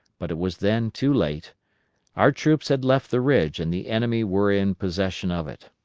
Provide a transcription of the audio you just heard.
but it was then too late our troops had left the ridge and the enemy were in possession of it.